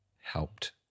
helped